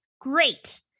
Great